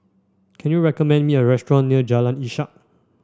can you recommend me a restaurant near Jalan Ishak